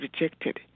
rejected